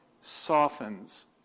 softens